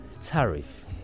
tariff